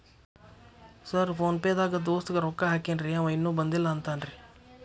Sir PhonePe ದಾಗ ದೋಸ್ತ್ ಗೆ ರೊಕ್ಕಾ ಹಾಕೇನ್ರಿ ಅಂವ ಇನ್ನು ಬಂದಿಲ್ಲಾ ಅಂತಾನ್ರೇ?